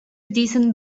diesen